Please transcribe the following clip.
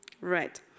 Right